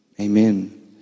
Amen